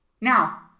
now